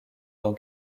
dans